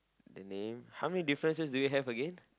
and name how many differences do you have again